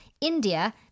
India